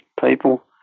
people